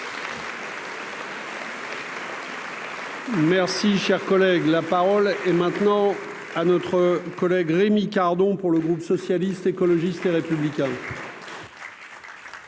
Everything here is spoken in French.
Merci, cher collègue, la parole est maintenant à notre collègue Rémi Cardon pour le groupe socialiste, écologiste et républicain.